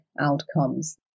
Outcomes